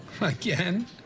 Again